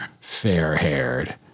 fair-haired